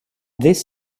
this